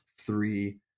three